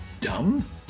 dumb